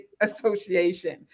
association